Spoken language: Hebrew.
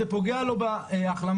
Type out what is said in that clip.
זה פוגע לו בהחלמה.